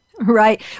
Right